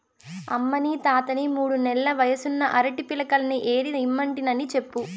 అమ్మనీ తాతని మూడు నెల్ల వయసున్న అరటి పిలకల్ని ఏరి ఇమ్మంటినని చెప్పు